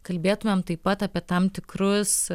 kalbėtumėm taip pat apie tam tikrus